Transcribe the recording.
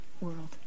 world